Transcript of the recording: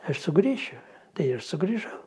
aš sugrįšiu tai ir sugrįžau